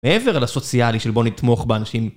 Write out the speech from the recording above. מעבר לסוציאלי של בוא נתמוך באנשים